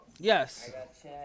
yes